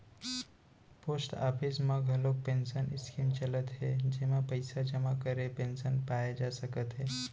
post office म घलोक pension scheme चलत हे जेमा पइसा जमा करके पेंसन पाए जा सकत हे